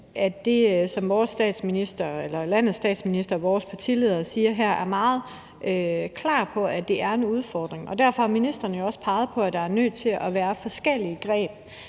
at det, som landets statsminister og vores partileder siger her, er meget klart, i forhold til at det er en udfordring. Derfor har ministeren jo også peget på, at der er nødt til at være forskellige greb.